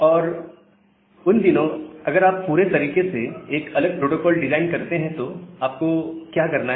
तो उन दिनों अगर आप पूरी तरीके से एक अलग प्रोटोकॉल डिजाइन करते हैं तो आपको क्या करना है